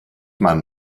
man